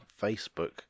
Facebook